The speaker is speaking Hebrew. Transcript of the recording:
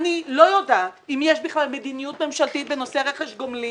אני לא יודעת אם יש בכלל מדיניות ממשלתית בנושא רכש גומלין.